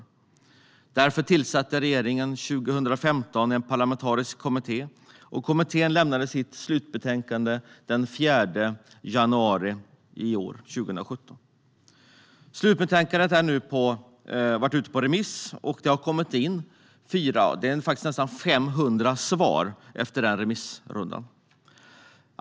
Regeringen tillsatte därför 2015 en parlamentarisk kommitté, som lämnade sitt slutbetänkande den 4 januari i år. Slutbetänkandet har nu varit ute på remiss, och efter remissrundan har det kommit in nästan 500 svar.